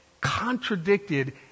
contradicted